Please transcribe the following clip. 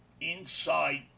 inside